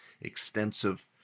extensive